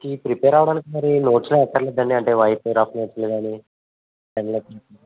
ఇది ప్రిపేర్ అవడానికి మరి నోట్స్లు ఏం అక్కర్లేదా అండి అంటే వైటు రఫ్ నోట్సులు కానీ పెన్నులు